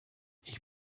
ich